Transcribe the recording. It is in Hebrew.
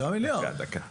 תשעה מיליארד.